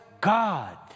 God